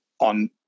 on